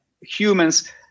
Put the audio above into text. humans